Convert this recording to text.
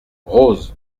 rose